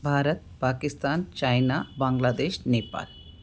Bharat Pakistan China Bangladesh Nepal